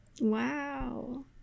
wow